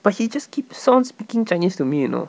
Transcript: but he just keeps on speaking chinese to me you know